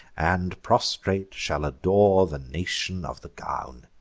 and, prostrate, shall adore the nation of the gown.